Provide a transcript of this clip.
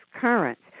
currents